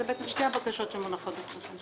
אלו בעצם שתי הבקשות שמונחות בפני הוועדה.